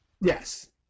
Yes